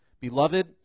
Beloved